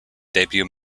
debut